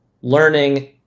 learning